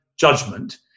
judgment